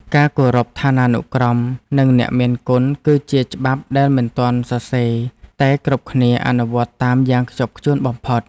ការគោរពឋានានុក្រមនិងអ្នកមានគុណ គឺជាច្បាប់ដែលមិនទាន់សរសេរតែគ្រប់គ្នាអនុវត្តតាមយ៉ាងខ្ជាប់ខ្ជួនបំផុត។